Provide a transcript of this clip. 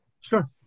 Sure